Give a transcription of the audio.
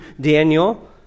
Daniel